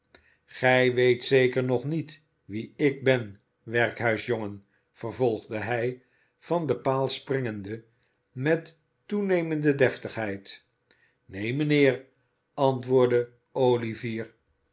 gij weet zeker nog niet wie ik ben werkhuisjongen vervolgde hij van den paal springende met toenemende deftigheid neen mijnheer antwoordde olivier